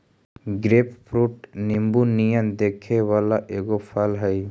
grapefruit नींबू नियन दिखे वला एगो फल हई